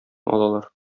алалар